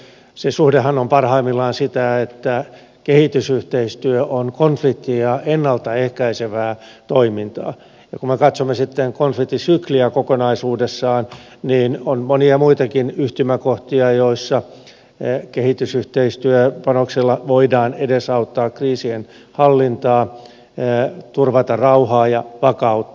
se suhdehan on parhaimmillaan sitä että kehitysyhteistyö on konflikteja ennalta ehkäisevää toimintaa ja kun me katsomme sitten konfliktisykliä kokonaisuudessaan niin on monia muitakin yhtymäkohtia joissa kehitysyhteistyöpanoksella voidaan edesauttaa kriisien hallintaa turvata rauhaa ja vakautta